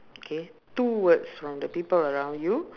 okay two words from the people around you